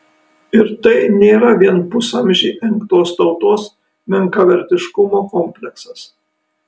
ir tai nėra vien pusamžį engtos tautos menkavertiškumo kompleksas